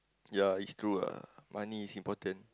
ya it's true lah money is important